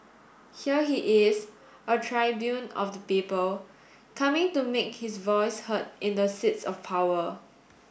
here he is a tribune of the people coming to make his voice heard in the seats of power